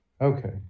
Okay